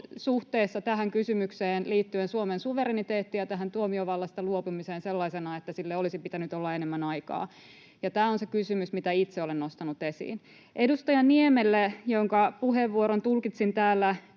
suhteessa tähän kysymykseen liittyen Suomen suvereniteettiin ja tähän tuomiovallasta luopumiseen sellaisena, että sille olisi pitänyt olla enemmän aikaa. Tämä on se kysymys, mitä itse olen nostanut esiin. Edustaja Niemelle, jonka puheenvuoron tulkitsin täällä